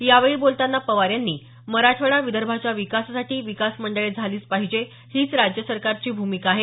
यावेळी बोलताना पवार यांनी मराठवाडा विदर्भाच्या विकासासाठी विकास मंडळे झालीच पाहिजे हीच राज्य सरकारची भूमिका आहे